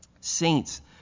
Saints